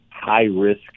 high-risk